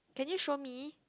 can you show me